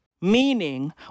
Meaning